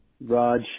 Raj